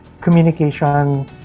communication